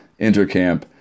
intercamp